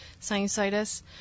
sinusitis